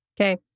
Okay